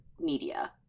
media